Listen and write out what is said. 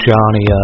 Johnny